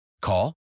Call